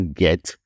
get